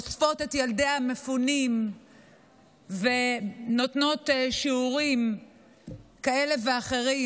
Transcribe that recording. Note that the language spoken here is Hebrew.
אוספות את ילדי המפונים ונותנות שיעורים כאלה ואחרים